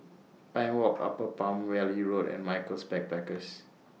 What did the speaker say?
Pine Walk Upper Palm Valley Road and Michaels Backpackers